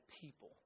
people